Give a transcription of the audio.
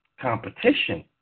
competition